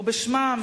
או בשמם